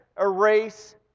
erase